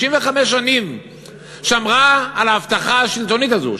65 שנים שמרה על ההבטחה השלטונית הזו,